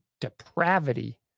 depravity